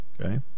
Okay